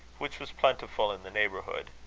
which was plentiful in the neighbourhood.